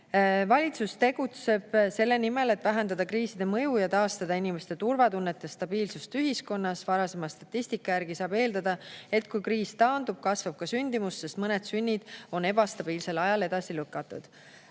Valitsus tegutseb selle nimel, et vähendada kriiside mõju ning taastada inimeste turvatunnet ja stabiilsust ühiskonnas. Varasema statistika järgi saab eeldada, et kui kriis taandub, kasvab ka sündimus, sest mõned sünnid on ebastabiilsel ajal edasi lükatud. Kuna